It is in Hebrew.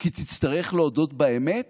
כי תצטרך להודות באמת